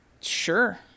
Sure